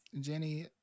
Jenny